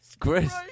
Chris